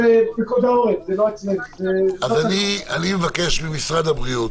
אני מבקש ממשרד הבריאות